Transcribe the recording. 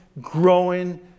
growing